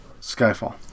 Skyfall